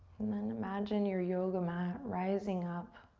and then imagine your yoga mat rising up